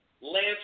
Lance